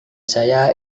saya